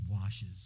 washes